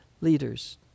leaders